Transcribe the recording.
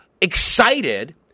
excited